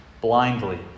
blindly